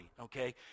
okay